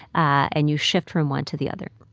and you shift from one to the other.